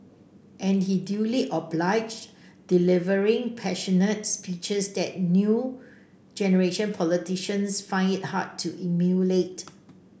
and he duly obliged delivering passionate speeches that new generation politicians find it hard to emulate